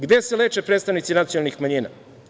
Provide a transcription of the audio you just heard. Gde se leče predstavnici nacionalnih manjina?